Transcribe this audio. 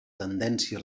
tendència